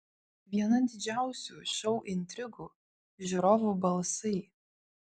viena didžiausių šou intrigų žiūrovų balsai